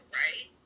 right